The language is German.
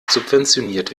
subventioniert